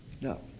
No